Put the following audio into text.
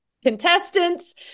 contestants